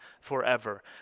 forever